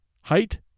Height